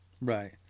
right